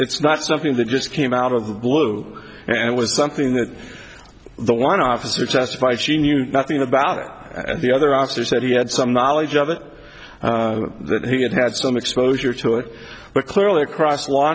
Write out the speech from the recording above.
it's not something that just came out of blue and it was something that the one officer testified she knew nothing about it and the other officer said he had some knowledge of it that he had had some exposure to it but clearly across law